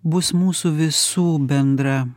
bus mūsų visų bendra